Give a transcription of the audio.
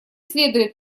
следует